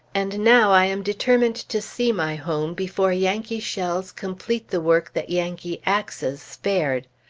and now, i am determined to see my home, before yankee shells complete the work that yankee axes spared.